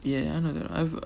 ya ya I know I've